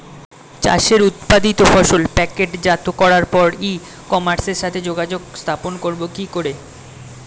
চাষের উৎপাদিত ফসল প্যাকেটজাত করার পরে ই কমার্সের সাথে যোগাযোগ স্থাপন করব কি করে?